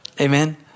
Amen